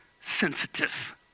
sensitive